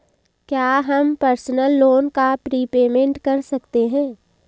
क्या हम personal loan का प्रीपेमेंट कर सकते हैं?